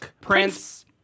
Prince